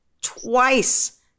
twice